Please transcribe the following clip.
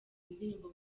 indirimbo